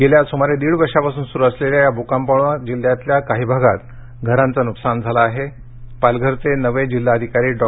गेल्या सुमारे दीड वर्षापासून सुरू असलेल्या या भूकंपामुळे जिल्ह्यातल्या काही भागात घरांचं नुकसान झालं आहे पालघरचे नवे जिल्हाधिकारी डॉ